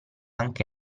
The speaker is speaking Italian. anche